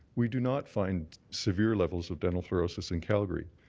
we do not find severe levels of dental fluorosis in calgary.